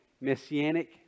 messianic